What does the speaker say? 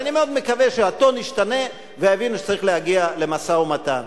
אבל אני מקווה שהטון ישתנה ויבינו שצריך להגיע למשא-ומתן.